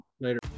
later